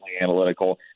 analytical